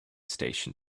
station